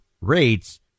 rates